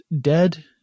dead